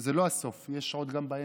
זה לא הסוף, יש עוד גם באמצע.